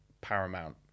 Paramount